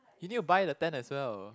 you need to buy the tent as well